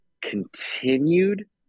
continued